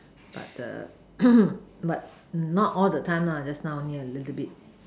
but the but not all the time on this hmm on this a little bit